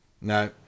No